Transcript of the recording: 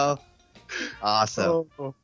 Awesome